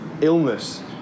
illness